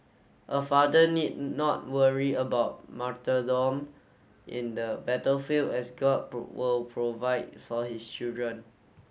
a father need not worry about martyrdom in the battlefield as god will provide for his children